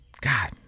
god